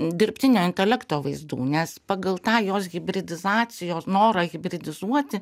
dirbtinio intelekto vaizdų nes pagal tą jos hibridizacijos norą hibridizuoti